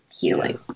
healing